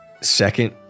second